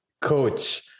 coach